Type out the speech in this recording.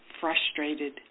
frustrated